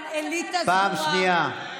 פעם שנייה.